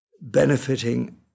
benefiting